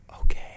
Okay